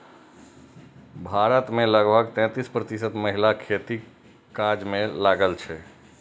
भारत मे लगभग तैंतीस प्रतिशत महिला खेतीक काज मे लागल छै